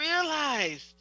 realized